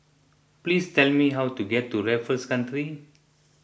please tell me how to get to Raffles Country